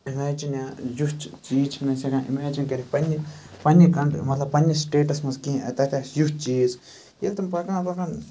imagine یا یُتھ چیٖز چھِنہٕ أسۍ ہیٚکان اِمیجِن کٔرِتھ پنٛنہِ پنٛنہِ کَنٹ مَطلَب پنٛنِس سٹیٹَس مَنٛز کینٛہہ تَتہِ آسہِ یُتھ چیٖز ییٚلہِ تِم پَکان پَکان